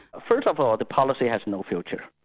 first of all the policy has no future.